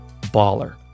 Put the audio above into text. baller